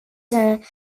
zijn